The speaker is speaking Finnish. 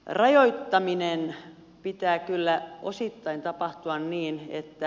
rajoittamisen pitää kyllä osittain tapahtua niin että